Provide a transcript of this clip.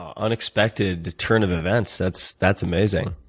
ah unexpected turn of events. that's that's amazing.